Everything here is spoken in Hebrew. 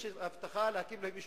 יש הבטחה להקים להם יישוב,